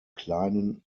kleinen